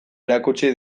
erakutsi